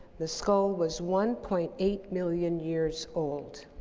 the skull was one point eight million years old.